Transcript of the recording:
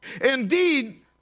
Indeed